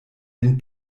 den